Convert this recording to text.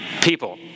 people